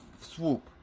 swoop